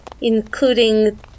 including